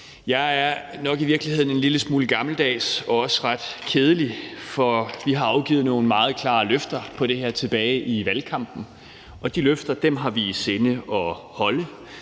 Jeg er nok i virkeligheden en lille smule gammeldags og også ret kedelig, for vi har afgivet nogle meget klare løfter om det her tilbage i valgkampen, og de løfter har vi i sinde at holde.